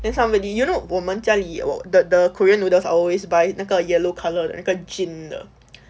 then somebody you know 我们家里有 the the korean noodles I always buy 那个 yellow colour 的那个 jin 的